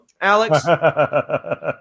Alex